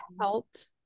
helped